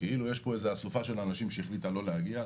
כאילו יש פה איזו אסופה של אנשים שהחליטה לא להגיע,